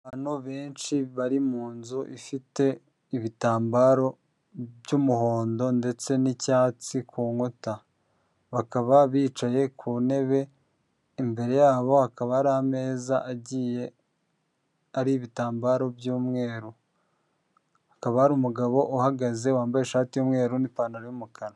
Abantu benshi bari mu nzu ifite ibitambaro by'umuhondo ndetse n'icyatsi ku nkuta, bakaba bicaye ku ntebe imbere yabo hakaba hari ameza agiye ari ibitambaro by'umweru. Hakaba ari umugabo uhagaze wambaye ishati y'umweru n'ipantaro y'umukara.